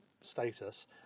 status